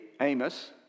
Amos